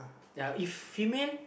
ya if female